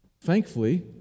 Thankfully